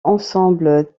ensembles